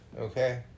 okay